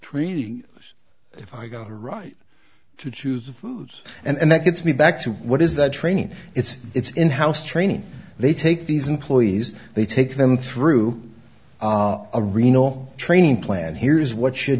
treating if i got a right to choose the food and that gets me back to what is that training it's in house training they take these employees they take them through a reno training plan here's what should